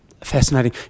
fascinating